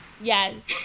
Yes